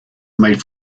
made